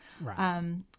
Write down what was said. Right